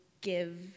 give